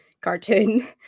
cartoon